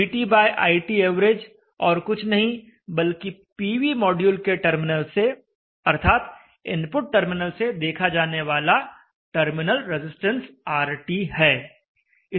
VTiTav और कुछ नहीं बल्कि पीवी माड्यूल के टर्मिनल से अर्थात इनपुट टर्मिनल से देखा जाने वाला टर्मिनल रजिस्टेंस RT है